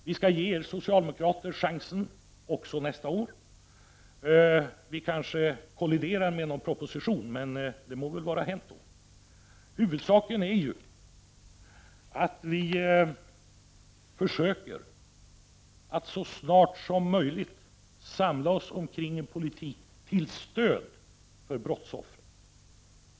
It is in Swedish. Vi ger er socialdemokrater alltså en chans till nästa år — våra förslag kanske kolliderar med en proposition, men det må i så fall vara hänt. Huvudsaken är ju att vi försöker att så småningom enas om en politik som är till stöd för brottsoffren.